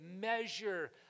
measure